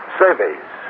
surveys